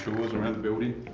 around the building.